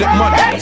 money